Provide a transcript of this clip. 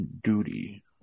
Duty